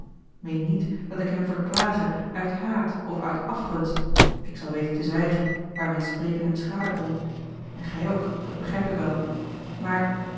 meen niet dat ik hem verklage uit haat of uit afgunst ik zal weten te zwijgen waar mijn spreken hem schaden kon en gij ook dat begrijp ik wel maar